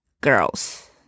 girls